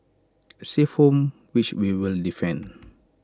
A safe home which we will defend